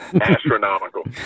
astronomical